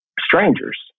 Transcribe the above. strangers